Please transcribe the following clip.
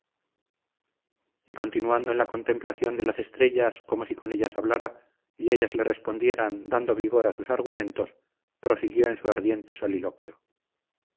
y continuando en la contemplación de las estrellas como si con ellas hablara y ellas le respondieran dando vigor a sus argumentos prosiguió en su ardiente soliloquio